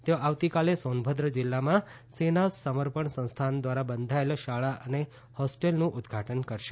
તેઓ આવતીકાલે સોનભદ્ર જીલ્લામાં સેના સમર્પણ સંસ્થાન ઘ્વારા બંધાયેલ શાળા અને હોસ્ટેલનું ઉદઘાટન કરશે